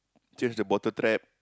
change the bottle trap